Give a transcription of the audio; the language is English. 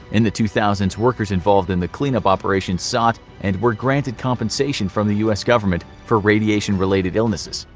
in the two thousand s, workers involved in the clean-up operation sought and were granted compensation from the u s government for radiation-related illnesses.